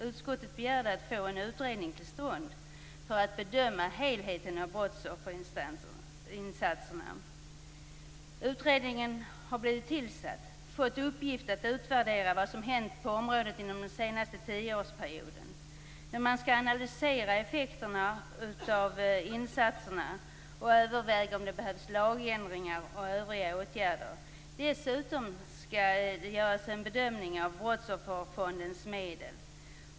Utskottet begärde att få en utredning till stånd för att bedöma helheten av brottsofferinsatserna. Utredningen har blivit tillsatt och fått i uppgift att utvärdera vad som hänt på området under den senaste tioårsperioden. Man skall analysera effekterna av insatserna och överväga om det behövs lagändringar och övriga åtgärder. Dessutom skall det göras en bedömning av Brottsofferfondens medel.